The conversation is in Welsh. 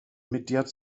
mudiad